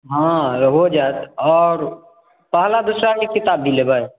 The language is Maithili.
हँ हो जायता आओर पहला दूसराके किताब भी लेबै